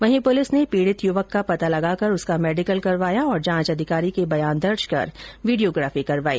वहीं पुलिस ने पीड़ित युवक का पता लगाकर उसका मेड़िकल करवाया और जांच अधिकारी के बयान दर्ज कर वीडियोग्राफी करवाई